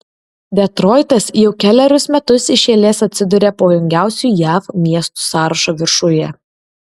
detroitas jau kelerius metus iš eilės atsiduria pavojingiausių jav miestų sąrašo viršuje